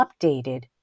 updated